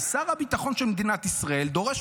שר הביטחון של מדינת ישראל דורש